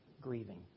grieving